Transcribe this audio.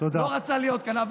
לא רצה להיות כאן.